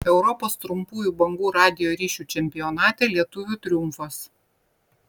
europos trumpųjų bangų radijo ryšių čempionate lietuvių triumfas